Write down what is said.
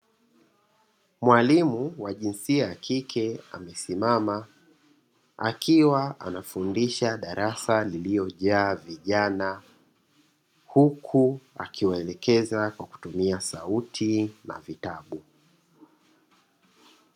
Mwalimu wa jinsia ya kike, amesimama akiwa anafundisha darasa, lililo jaa vijana. Huku akiwaelekeza kwa kutumia sauti na vitabu.